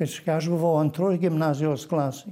reiškia aš buvau antroj gimnazijos klasėj